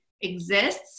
exists